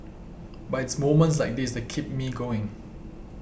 but it's moments like this that keep me going